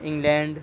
England